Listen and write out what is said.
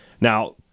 Now